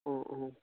অঁ অঁ